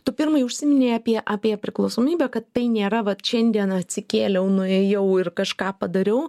tu pirmai užsiminėi apie apie priklausomybę kad tai nėra vat šiandien atsikėliau nuėjau ir kažką padariau